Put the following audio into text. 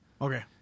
Okay